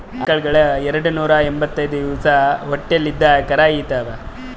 ಆಕಳಗೊಳ್ ಎರಡನೂರಾ ಎಂಭತ್ತೈದ್ ದಿವಸ್ ಹೊಟ್ಟಲ್ ಇದ್ದು ಕರಾ ಈತಾವ್